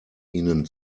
ihnen